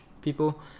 people